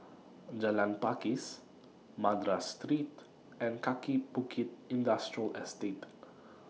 Jalan Pakis Madras Street and Kaki Bukit Industrial Estate